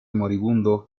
moribundo